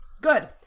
Good